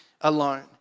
alone